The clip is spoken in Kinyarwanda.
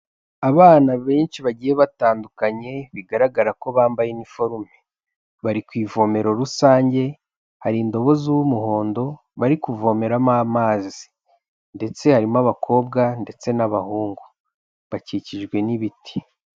Abana benshi bagiye batandukanye bigaragara ko bambaye niforume bari ku ivomero rusange, hari indobo z'umuhondo bari kuvomeramo amazi ndetse harimo abakobwa ndetse n'abahungu bakikijwe n'ibiti.